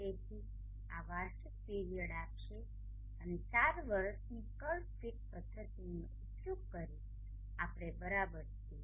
તેથી આ વાર્ષિક પીરીયડ આપશે અને ચાર વર્ષની કર્વ ફીટ પદ્ધતિનો ઉપયોગ કરીને આપણે બરાબર છીએ